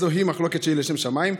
ושאינה לשם שמיים,